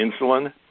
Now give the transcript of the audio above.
insulin